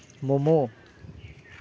momo